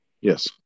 Yes